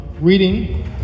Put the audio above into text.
reading